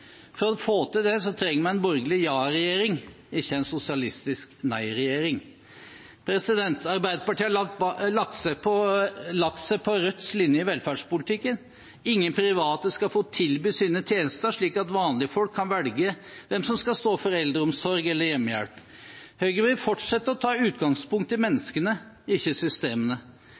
For å få til det trenger vi en borgerlig ja-regjering, ikke en sosialistisk nei-regjering. Arbeiderpartiet har lagt seg på Rødts linje i velferdspolitikken: Ingen private skal få tilby sine tjenester slik at vanlige folk kan velge hvem som skal stå for eldreomsorg eller hjemmehjelp. Høyre vil fortsette å ta utgangspunkt i menneskene, ikke systemene.